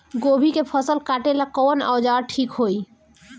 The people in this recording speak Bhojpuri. गोभी के फसल काटेला कवन औजार ठीक होई?